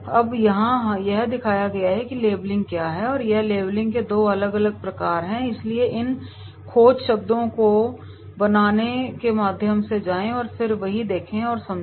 अब यहाँ यह दिखाया गया है कि लेबलिंग क्या है और यह है कि लेबलिंग के दो अलग अलग प्रकार है इसलिए इन खोजशब्दों को बनाने के माध्यम से जाएँ और फिर वही देखें और समझे